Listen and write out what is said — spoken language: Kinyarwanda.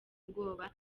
ubwoba